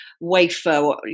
wafer